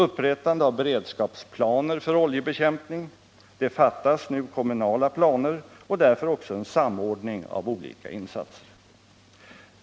Upprättande av beredskapsplaner för oljebekämpning — det fattas nu kommunala planer och därför också en samordning av olika insatser.